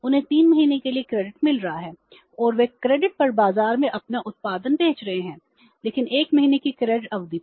उन्हें 3 महीने के लिए क्रेडिट मिल रहा है और वे क्रेडिट पर बाजार में अपना उत्पादन बेच रहे हैं लेकिन 1 महीने की क्रेडिट अवधि पर